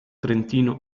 trentino